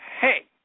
hey